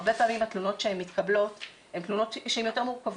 הרבה פעמים התלונות שמתקבלות הן תלונות שהן יותר מורכבות.